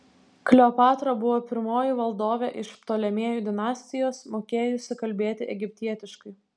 kleopatra buvo pirmoji valdovė iš ptolemėjų dinastijos mokėjusi kalbėti egiptietiškai